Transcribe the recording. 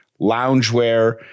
loungewear